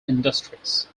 industries